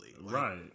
right